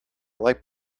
light